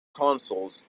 consoles